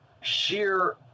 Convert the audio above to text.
sheer